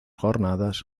jornadas